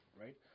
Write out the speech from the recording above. Right